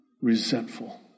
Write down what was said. resentful